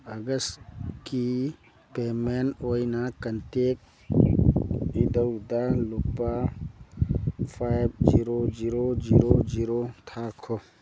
ꯑꯥꯒꯁꯀꯤ payment ꯑꯣꯏꯅ contact ꯏꯙꯧꯗ ꯂꯨꯄꯥ five zero zero zero zero ꯊꯥꯈꯣ